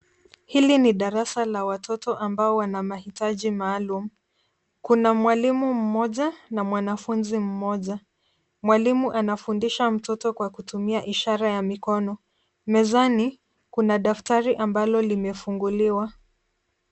Hili ni darasa la watoto ambao wana mahitaji maalum. Kuna mwalimu mmoja na mwanafunzi mmoja. Mwalimu anafundisha mtoto kwa kutumia ishara ya mikono. Mezani kuna daftari ambalo limefunguliwa.